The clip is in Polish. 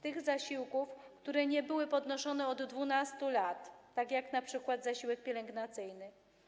Tych zasiłków, które nie były podnoszone od 12 lat, tak jak np. zasiłek pielęgnacyjny.